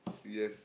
yes